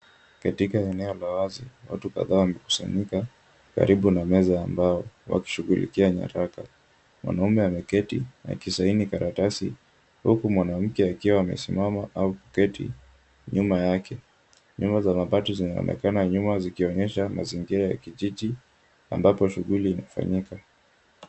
Katika eneo la wazi, watu kadhaa wamekusanyika, karibu na meza ya mbao, wakishughulikia nyaraka. Mwanaume ameketi akisaini karatasi huku mwanamke akiwa amesimama au kuketi nyuma yake. Nyumba za mabati zinaonekana nyuma zikionyesha mazingira kijiji ambapo shughuli inafanyika.